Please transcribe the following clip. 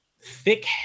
thick